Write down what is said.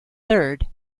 third